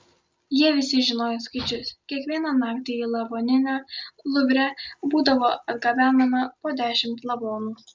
jie visi žinojo skaičius kiekvieną naktį į lavoninę luvre būdavo atgabenama po dešimt lavonų